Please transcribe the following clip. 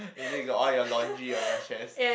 is it got all your laundry on your chairs